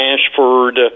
Ashford